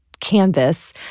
canvas